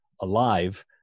alive